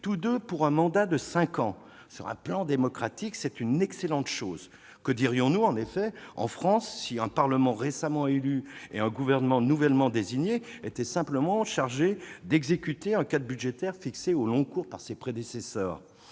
tous deux pour un mandat de cinq ans. Sur un plan démocratique, c'est une excellente chose : que dirions-nous, en France, si un Parlement récemment élu et un gouvernement nouvellement désigné étaient simplement chargés d'exécuter un cadre budgétaire fixé au long cours par leurs prédécesseurs ?